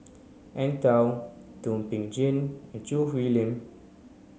Eng Tow Thum Ping Tjin and Choo Hwee Lim